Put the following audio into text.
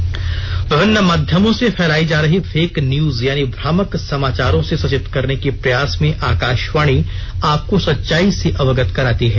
fake news खंडन विभिन्न माध्यमों से फैलाई जा रही फेक न्यूज यानी भ्रामक समाचारों से सचेत करने के प्रयास में आकाशवाणी आपको सच्चाई से अवगत कराती है